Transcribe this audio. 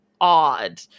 odd